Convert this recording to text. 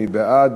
מי בעד?